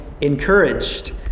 encouraged